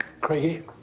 Craigie